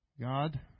God